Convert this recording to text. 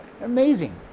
Amazing